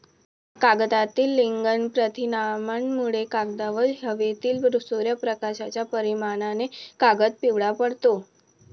कागदातील लिग्निन प्रथिनांमुळे, कागदावर हवेतील सूर्यप्रकाशाच्या परिणामाने कागद पिवळा पडतो